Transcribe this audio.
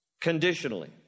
conditionally